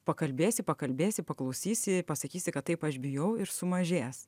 pakalbėsi pakalbėsi paklausysi pasakysi kad taip aš bijau ir sumažės